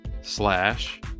slash